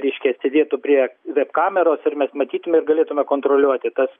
reiškia sėdėtų prie web kameros ir mes matytume ir galėtume kontroliuoti tas